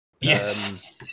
Yes